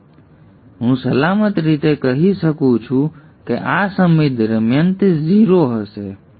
તેથી હું સલામત રીતે કહી શકું છું કે આ સમય દરમિયાન તે 0 હશે